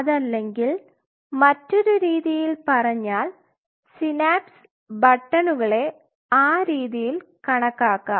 അതല്ലെങ്കിൽ മറ്റൊരു രീതിയിൽ പറഞ്ഞാൽ സിനാപ്സ് ബട്ടണുകളെ ആ രീതിയിൽ കണക്കാക്കാം